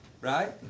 right